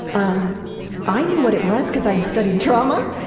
um i knew what it was because i had studied trauma.